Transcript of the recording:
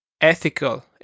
ethical